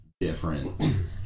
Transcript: different